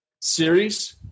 series